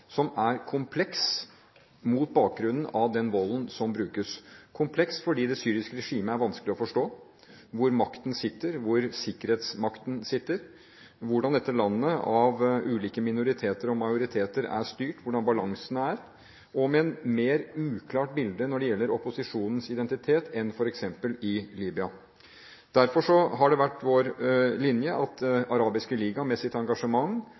som er kompleks mot bakgrunnen av den volden som brukes. Den er kompleks fordi det i det syriske regimet er vanskelig å forstå hvor makten sitter, hvor sikkerhetsmakten sitter, hvordan dette landet av ulike minoriteter og majoriteter er styrt, hvordan balansene er, og med et mer uklart bilde når det gjelder opposisjonens identitet, enn i f.eks. Libya. Derfor har det vært vår linje at Den arabiske liga med sitt engasjement